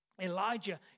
Elijah